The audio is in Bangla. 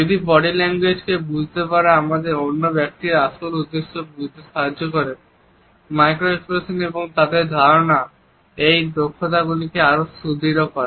যদি বডি ল্যাঙ্গুয়েজ কে বুঝতে পারা আমাদের অন্য ব্যক্তির আসল উদ্দেশ্য বুঝতে সাহায্য করে মাইক্রো এক্সপ্রেশনস এবং তার ধারণা এই দক্ষতাগুলিকে আরো সুদৃঢ় করে